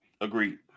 Agreed